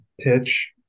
pitch